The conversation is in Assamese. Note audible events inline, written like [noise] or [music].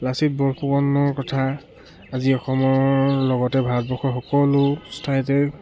লাচিত বৰফুকনৰ কথা আজি অসমৰ লগতে ভাৰতবৰ্ষৰ সকলো [unintelligible]